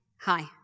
Hi